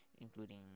including